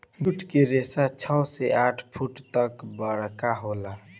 जुट के रेसा छव से आठ फुट तक बरका होला